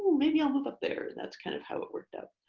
maybe i'll move up there. and that's kind of how it worked out.